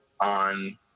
on